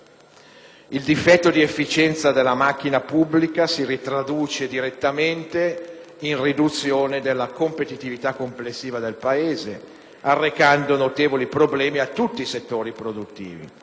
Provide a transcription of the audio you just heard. Il difetto di efficienza della macchina pubblica si ritraduce direttamente in riduzione della competitività complessiva del Paese, arrecando notevoli problemi a tutti i settori produttivi.